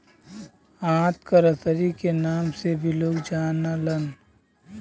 आंत क रसरी क नाम से भी लोग जानलन